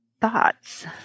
thoughts